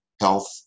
health